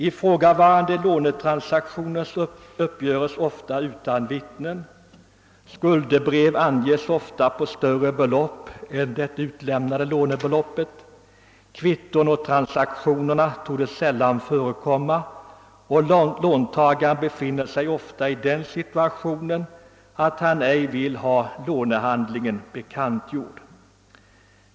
Ifrå gavarande lånetransaktioner uppgöres ofta utan vittnen, skuldbrev utfärdas ofta på större belopp än det utlämnade lånebeloppet, kvitton å transaktionerna torde sällan förekomma, och låntagaren befinner sig ofta i den situationen att han ej vill ha lånehandlingen bekantgjord.